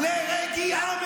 דבר אחרון.